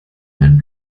mein